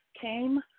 Came